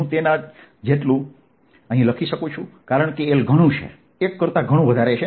હું તેના જેટલું લખી શકું છું કારણ કે L ઘણું છે 1 કરતા ઘણું વધારે છે